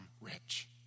rich